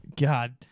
God